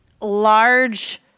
large